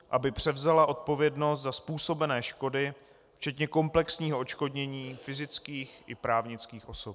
aby převzala odpovědnost za způsobené škody, včetně komplexního odškodnění fyzických i právnických osob.